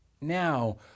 now